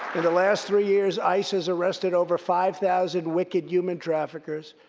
in the last three years, ice has arrested over five thousand wicked human traffickers.